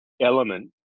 element